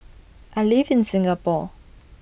I live in Singapore